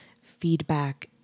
feedback